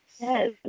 Yes